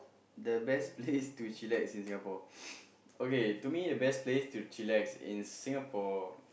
the best place to chillax in Singapore okay to me the best place to chillax in Singapore